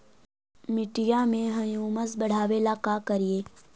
मिट्टियां में ह्यूमस बढ़ाबेला का करिए?